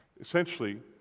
Essentially